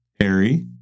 Harry